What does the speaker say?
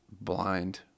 blind